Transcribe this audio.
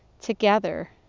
together